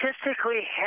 statistically